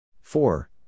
four